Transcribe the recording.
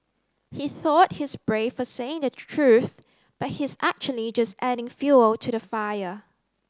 he thought he's brave for saying the truth but he's actually just adding fuel to the fire